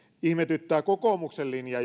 ihmetyttää kokoomuksen linja